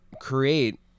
create